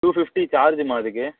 two fifty சார்ஜுமா அதுக்கு